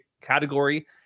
category